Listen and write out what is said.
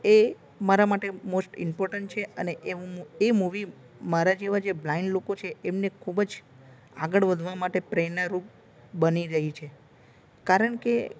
એ મારા માટે most important છે અને હું એ મુવી મારા જેવા જે બ્લાઇન્ડ લોકો છે એમને ખૂબ જ આગળ વધવા માટે પ્રેરણા રૂપ બની રહે છે કારણ કે